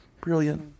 brilliant